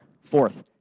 fourth